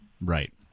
Right